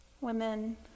women